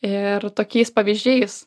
ir tokiais pavyzdžiais